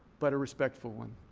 but a respectful one.